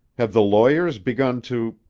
have the lawyers begun to